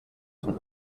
von